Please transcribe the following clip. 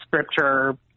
Scripture